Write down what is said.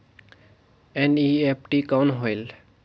NEFT कौन होएल?